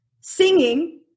singing